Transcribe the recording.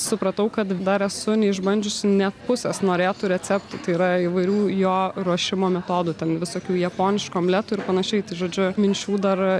supratau kad dar esu neišbandžiusi net pusės norėtų receptų tai yra įvairių jo ruošimo metodų ten visokių japoniškų omletų ir panašiai tai žodžiu minčių dar